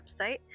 website